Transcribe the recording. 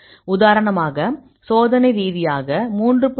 உதாரணமாக சோதனை ரீதியாக 3